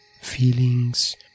feelings